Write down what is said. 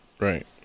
Right